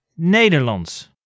Nederlands